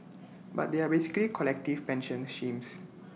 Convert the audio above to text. but they are basically collective pension schemes